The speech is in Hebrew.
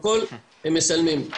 הכל הם משלמים.